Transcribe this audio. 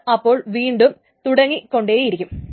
ഇത് അപ്പോൾ വീണ്ടും തുടങ്ങി കൊണ്ടേയിരിക്കും